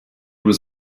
was